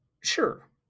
Sure